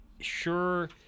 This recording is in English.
sure –